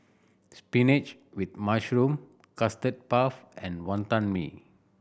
spinach with mushroom Custard Puff and Wonton Mee